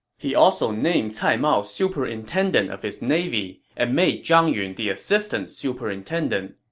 he also named cai mao superintendent of his navy and made zhang yun the assistant superintendent.